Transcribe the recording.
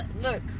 look